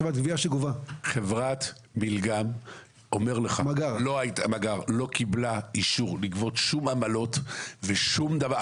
אני אומר לך: חברת מגער לא קיבלה אישור לגבות שום עמלות ושום דבר.